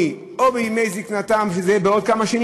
עם מדינה אחת יהודית, קל מאוד לבודד את ישראל,